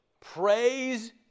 Praise